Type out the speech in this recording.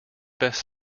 best